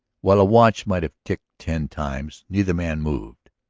while a watch might have ticked ten times neither man moved.